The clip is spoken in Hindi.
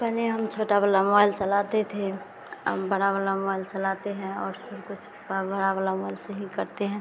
पहले हम छोटा वाला मोबाइल चलाते थे अब बड़ा वाला मोबाइल चलाते हैं और सब कुछ वो बड़े वाला मोबाइल से ही करते हैं